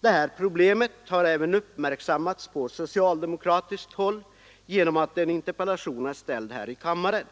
Detta problem har också uppmärksammats på socialdemokratiskt håll genom att en interpellation framställts här i kammaren.